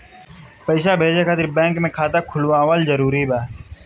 पईसा भेजे खातिर बैंक मे खाता खुलवाअल जरूरी बा?